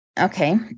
okay